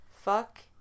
Fuck